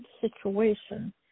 situation